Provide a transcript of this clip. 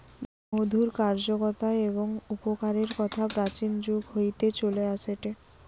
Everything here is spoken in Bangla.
মধুর কার্যকতা এবং উপকারের কথা প্রাচীন যুগ হইতে চলে আসেটে